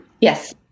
Yes